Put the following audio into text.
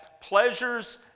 pleasures